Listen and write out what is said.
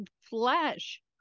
flesh